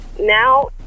now